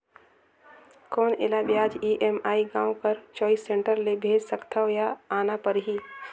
कौन एला ब्याज ई.एम.आई गांव कर चॉइस सेंटर ले भेज सकथव या आना परही?